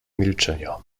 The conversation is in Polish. milczenia